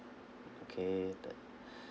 okay that